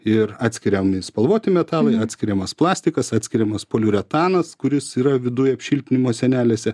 ir atskiriami spalvoti metalai atskiriamas plastikas atskiriamas poliuretanas kuris yra viduj apšiltinimo sienelėse